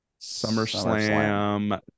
SummerSlam